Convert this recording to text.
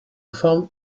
find